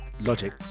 logic